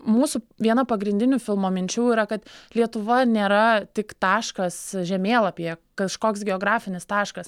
mūsų viena pagrindinių filmo minčių yra kad lietuva nėra tik taškas žemėlapyje kažkoks geografinis taškas